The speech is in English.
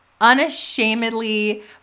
unashamedly